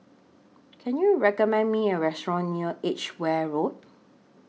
Can YOU recommend Me A Restaurant near Edgware Road